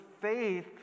faith